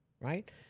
right